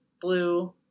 blue